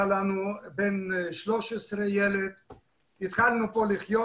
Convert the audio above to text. הבן שלנו היה בן 13. התחלנו לחיות כאן.